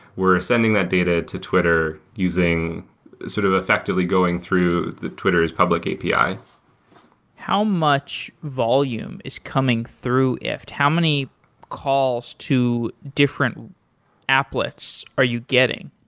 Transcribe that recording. we're sending that data to twitter using sort of effectively going through the twitter's public api. how much volume is coming through ifttt. how many calls to different applets are you getting?